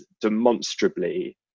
demonstrably